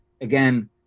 again